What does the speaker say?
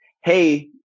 hey